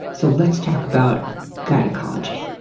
so, let's talk about gynecology.